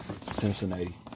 Cincinnati